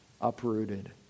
uprooted